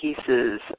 pieces